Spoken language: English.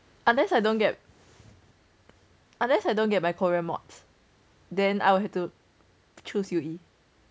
unless I don't get unless I don't get my korean mods then I will have to choose U_E